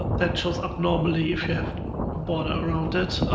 ah that shows up normally if you have a border around it.